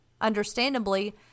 understandably